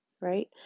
right